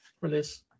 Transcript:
release